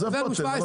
אז איפה אתם?